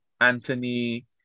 Anthony